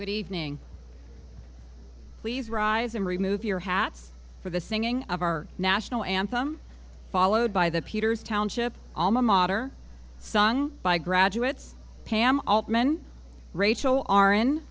good evening please rise and remove your hats for the singing of our national anthem followed by the peters township all mater sung by graduates pam altman rachel are in